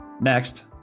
Next